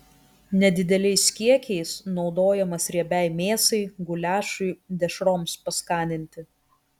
nedideliais kiekiais naudojamas riebiai mėsai guliašui dešroms paskaninti